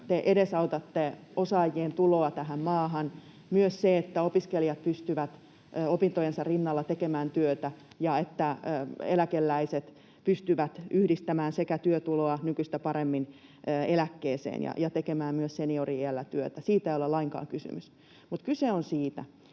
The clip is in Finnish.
te edesautatte osaajien tuloa tähän maahan, myös siitä, että opiskelijat pystyvät opintojensa rinnalla tekemään työtä ja että eläkeläiset pystyvät yhdistämään työtuloa nykyistä paremmin eläkkeeseen ja tekemään myös seniori-iällä työtä. Siitä ei ole lainkaan kysymys, vaan kyse on siitä,